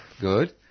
Good